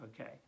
okay